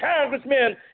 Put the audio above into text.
congressmen